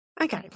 okay